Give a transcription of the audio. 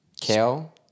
Kale